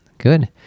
Good